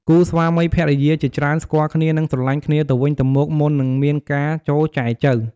គូស្វាមីភរិយាជាច្រើនស្គាល់គ្នា និងស្រលាញ់គ្នាទៅវិញទៅមកមុននឹងមានការចូលចែចូវ។